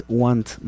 want